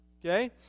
okay